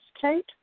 Kate